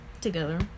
Together